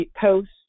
posts